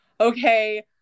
okay